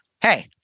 hey